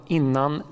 innan